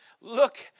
look